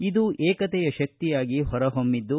ಇದು ಏಕತೆಯ ಶಕ್ತಿಯಾಗಿ ಹೊರಹೊಮ್ಮಿದ್ದು